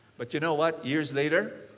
but you know what? years later,